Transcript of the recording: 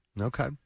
Okay